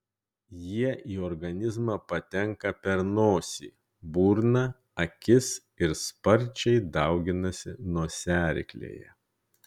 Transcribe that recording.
jie į organizmą patenka per nosį burną akis ir sparčiai dauginasi nosiaryklėje